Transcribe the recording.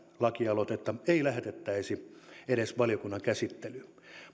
lakialoitetta ei lähetettäisi edes valiokunnan käsittelyyn